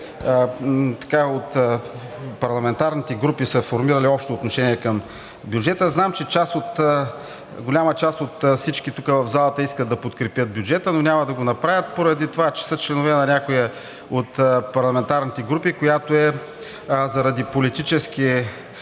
–от парламентарните групи са формирали общо отношение към бюджета. Знам, че голяма част от всички в залата искат да подкрепят бюджета, но няма да го направят поради това, че са членове на някоя от парламентарните групи, която заради политическа